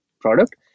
product